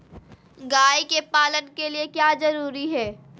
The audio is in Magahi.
गाय के पालन के लिए क्या जरूरी है?